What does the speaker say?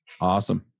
Awesome